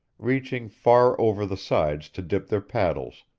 reaching far over the sides to dip their paddles,